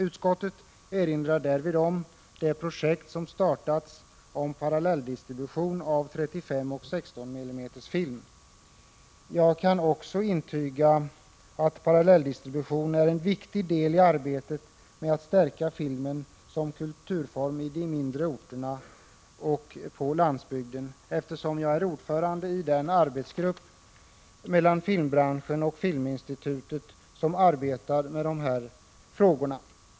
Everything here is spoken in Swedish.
Utskottet erinrar om det projekt som har startats för parallelldistribution av 35 och 16 mm film. Jag kan intyga att parallelldistributionen är en viktig del i strävandena att stärka filmen som kulturform på de mindre orterna och på landsbygden, eftersom jag är ordförande i den arbetsgrupp med representanter för filmbranschen och filminstitutet som arbetar med dessa frågor.